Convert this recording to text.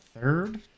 third